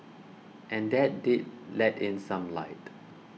and that did let in some light